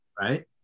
Right